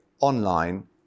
online